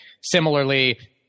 similarly